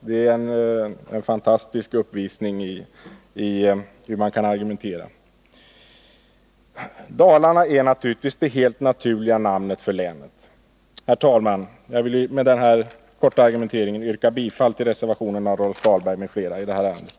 Det är en fantastisk uppvisning i hur man kan argumentera. Dalarna är självfallet det helt naturliga namnet på länet. Herr talman! Jag vill med denna korta argumentering yrka bifall till reservationen av Rolf Dahlberg m.fl. i det här ärendet.